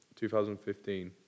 2015